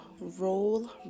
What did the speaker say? roll